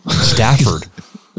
Stafford